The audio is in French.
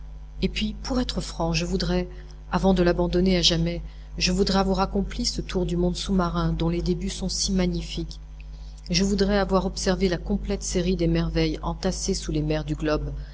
et puis pour être franc je voudrais avant de l'abandonner à jamais je voudrais avoir accompli ce tour du monde sous-marin dont les débuts sont si magnifiques je voudrais avoir observé la complète série des merveilles entassées sous les mers du globe